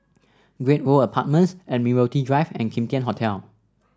Great World Apartments Admiralty Drive and Kim Tian Hotel